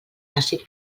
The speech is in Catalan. àcid